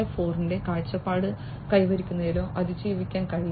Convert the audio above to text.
0 ന്റെ കാഴ്ചപ്പാട് കൈവരിക്കുന്നതിനോ അതിജീവിക്കാൻ കഴിയില്ല